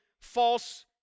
false